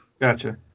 Gotcha